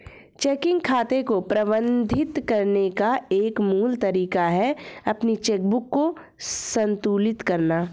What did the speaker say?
checking खाते को प्रबंधित करने का एक मूल तरीका है अपनी चेकबुक को संतुलित करना